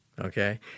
Okay